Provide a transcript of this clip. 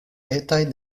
etaj